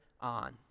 on